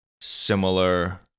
similar